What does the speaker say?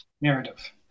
narrative